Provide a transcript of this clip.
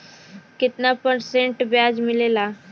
कितना परसेंट ब्याज मिलेला?